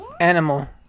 animal